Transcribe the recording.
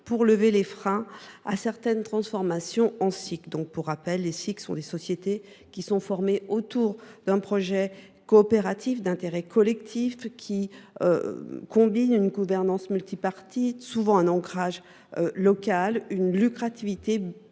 pour lever les freins à certaines transformations en Scic. Pour rappel, les Scic sont des sociétés qui sont formées autour d’un projet coopératif d’intérêt collectif, qui combinent une gouvernance multipartite, souvent un ancrage local, une lucrativité limitée